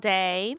day